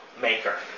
maker